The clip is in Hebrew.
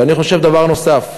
ואני חושב דבר נוסף.